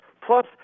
Plus